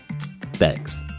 Thanks